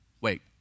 Wait